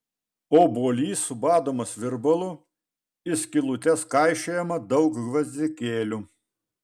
obuolys subadomas virbalu į skylutes kaišiojama daug gvazdikėlių